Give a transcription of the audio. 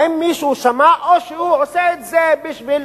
האם מישהו שמע, או שהוא עושה את זה בשביל,